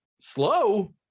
slow